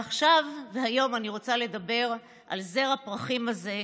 היום אני רוצה לדבר על זר הפרחים הזה,